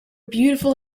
beautiful